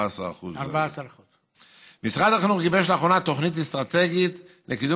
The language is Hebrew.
14%. משרד החינוך גיבש לאחרונה תוכנית אסטרטגית לקידום